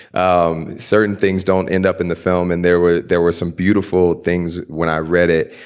um certain things don't end up in the film. and there were there were some beautiful things when i read it.